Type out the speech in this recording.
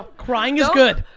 crying is good.